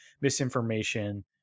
misinformation